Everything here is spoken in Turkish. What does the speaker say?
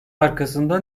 arkasında